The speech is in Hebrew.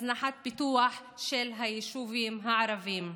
הזנחת פיתוח של היישובים הערביים.